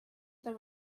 there